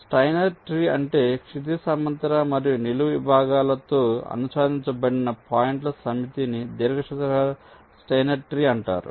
Steiner tree అంటే క్షితిజ సమాంతర మరియు నిలువు విభాగాలతో అనుసంధానించబడిన పాయింట్ల సమితిని దీర్ఘచతురస్రాకార స్టైనర్ ట్రీ అంటారు